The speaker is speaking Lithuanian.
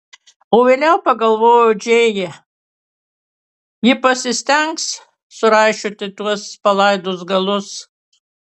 o vėliau pagalvojo džėja ji pasistengs suraišioti tuos palaidus galus